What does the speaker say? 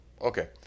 Okay